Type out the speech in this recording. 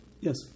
Yes